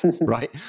right